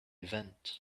event